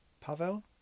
Pavel